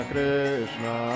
Krishna